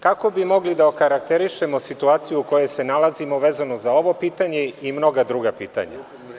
Kako bi mogli da okarakterišemo situaciju u kojoj se nalazimo, vezano za ovo pitanje i mnoga druga pitanja?